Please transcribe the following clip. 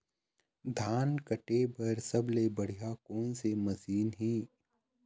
धान काटे बर सबले बढ़िया कोन से मशीन हे?